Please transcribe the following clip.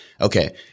okay